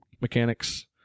mechanics